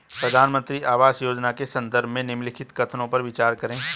प्रधानमंत्री आवास योजना के संदर्भ में निम्नलिखित कथनों पर विचार करें?